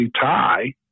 tie